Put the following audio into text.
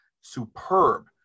superb